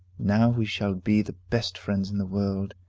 now we shall be the best friends in the world,